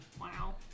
Wow